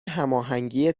هماهنگی